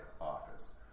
office